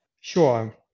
Sure